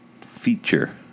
feature